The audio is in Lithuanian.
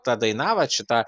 ta daina vat šita